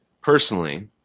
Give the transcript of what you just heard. Personally